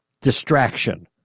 distraction